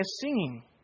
singing